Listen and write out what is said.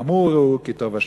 "טעמו וראו כי טוב ה'".